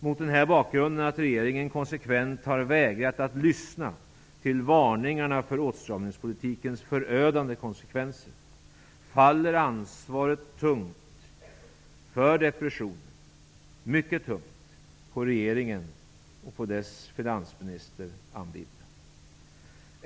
Mot bakgrund av att regeringen konsekvent har vägrat att lyssna till varningarna för åtstramningspolitikens förödande konsekvenser faller ansvaret mycket tungt för depressionen på regeringen och på dess finansminister Anne Wibble.